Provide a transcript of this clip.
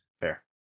Fair